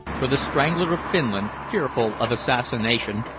for the strangler of finland, fearful of assassination,